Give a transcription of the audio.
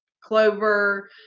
clover